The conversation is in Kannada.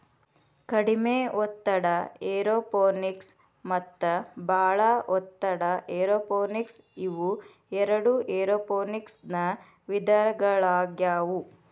ಕಡಿಮೆ ಒತ್ತಡ ಏರೋಪೋನಿಕ್ಸ ಮತ್ತ ಬಾಳ ಒತ್ತಡ ಏರೋಪೋನಿಕ್ಸ ಇವು ಎರಡು ಏರೋಪೋನಿಕ್ಸನ ವಿಧಗಳಾಗ್ಯವು